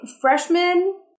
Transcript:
freshman